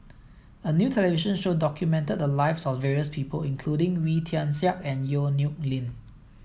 a new television show documented the lives of various people including Wee Tian Siak and Yong Nyuk Lin